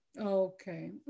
Okay